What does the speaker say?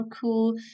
cool